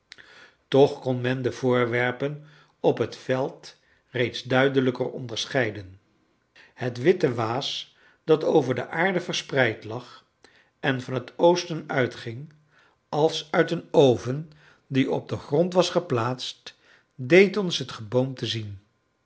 toch kon men de voorwerpen op het veld reeds duidelijker onderscheiden het witte waas dat over de aarde verspreid lag en van het oosten uitging als uit een oven die op den grond was geplaatst deed ons het geboomte zien